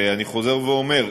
ואני חוזר ואומר: